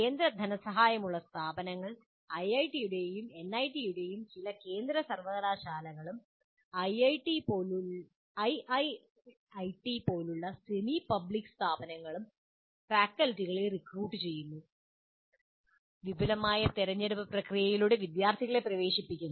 കേന്ദ്ര ധനസഹായമുള്ള സ്ഥാപനങ്ങൾ ഐഐടിയുടെ എൻഐടിയും ചില കേന്ദ്ര സർവകലാശാലകളും ഐഐഐടി പോലുള്ള സെമി പബ്ലിക് സ്ഥാപനങ്ങളും ഫാക്കൽറ്റികളെ റിക്രൂട്ട് ചെയ്യുന്നു വിപുലമായ തിരഞ്ഞെടുപ്പ് പ്രക്രിയയിലൂടെ വിദ്യാർത്ഥികളെ പ്രവേശിപ്പിക്കുന്നു